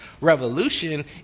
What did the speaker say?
revolution